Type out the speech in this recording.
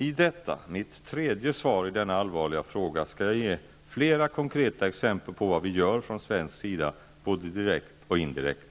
I detta, mitt tredje svar i denna allvarliga fråga skall jag ge flera konkreta exempel på vad vi gör från svensk sida -- både direkt och indirekt.